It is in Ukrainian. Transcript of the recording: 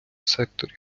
секторі